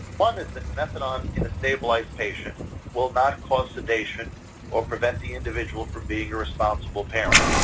one is that methadone in a stabilized patient will not cause sedation or prevent the individual from being a responsible parent.